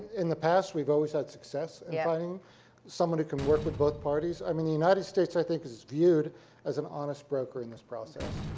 in the past, we've always had success yeah in finding someone who can work with both parties. i mean, the united states, i think, is viewed as an honest broker in this process.